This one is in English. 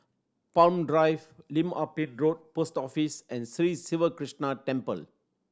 Palm Drive Lim Ah Pin Road Post Office and Sri Siva Krishna Temple